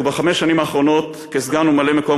ובחמש השנים האחרונות כסגן וממלא-מקום